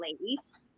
ladies